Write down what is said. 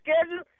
schedule